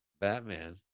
Batman